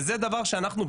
זה דבר שאנחנו,